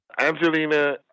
Angelina